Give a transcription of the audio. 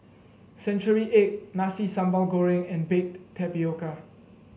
Century Egg Nasi Sambal Goreng and Baked Tapioca